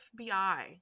FBI